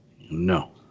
No